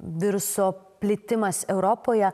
viruso plitimas europoje